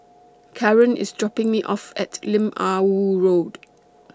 Karyn IS dropping Me off At Lim Ah Woo Road